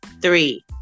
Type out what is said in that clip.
three